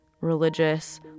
religious